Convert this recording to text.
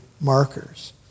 markers